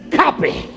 copy